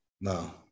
No